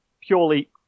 purely